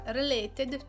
related